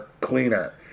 cleaner